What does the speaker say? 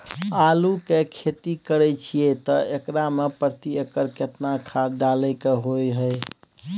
आलू के खेती करे छिये त एकरा मे प्रति एकर केतना खाद डालय के होय हय?